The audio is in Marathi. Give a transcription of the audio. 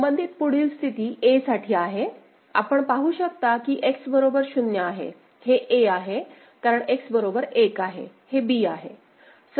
तर संबंधित पुढील स्थिती a साठी आहे आपण पाहू शकता की X बरोबर 0 आहे हे a आहे कारण X बरोबर 1 आहे हे b आहे